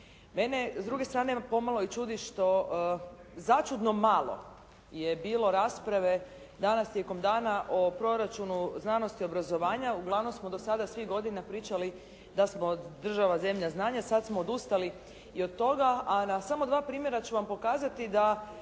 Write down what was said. Mene s druge strane pomalo čudi što začudno malo je bilo rasprave danas tijekom dana o proračunu znanosti i obrazovanja, uglavnom smo do sada svih godina pričali da smo država zemlja znanja, sada smo odustali i od toga, a na samo dva primjera ću vam pokazati da